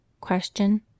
Question